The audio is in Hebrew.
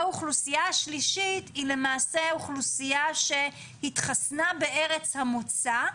האוכלוסייה השלישית היא אוכלוסייה שהתחסנה בארץ המוצא,